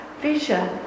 vision